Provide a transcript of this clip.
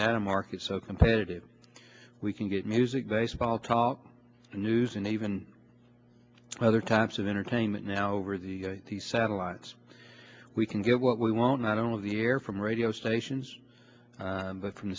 data market so competitive we can get music baseball talk news and even other types of entertainment now over the satellites we can get what we want not only the air from radio stations but from